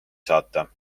saata